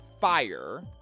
fire